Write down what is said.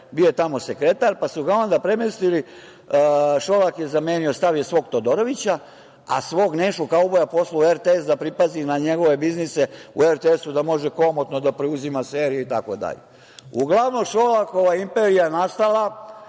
Bio je tamo sekretar, pa su ga onda premestili, Šolak je zamenio, stavio svog Todorovića, a svog Nešu kauboja poslao u RTS da pripazi na njegove biznise u RTS-u da može komotno da preuzima serije itd. Uglavnom, Šolakova imperija je nastala